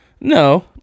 No